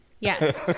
Yes